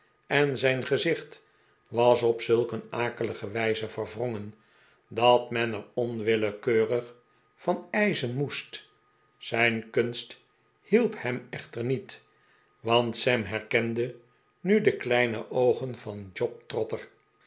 en zijn gezicht was op zulk een akelige wijze verwrongen dat men er onwillekeurig van ijzen moest zijn kunst hielp hem echter niet want sam herkende nu de kleine oogen van job trotter